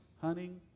hunting